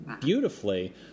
beautifully